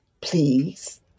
please